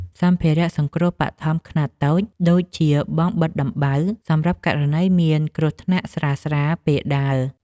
សម្ភារៈសង្គ្រោះបឋមខ្នាតតូច ដូចជាបង់បិទដំបៅ សម្រាប់ករណីមានគ្រោះថ្នាក់ស្រាលៗពេលដើរ។